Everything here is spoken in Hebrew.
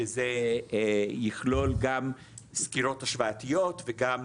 שזה יכלול גם סקירות השוואתיות וגם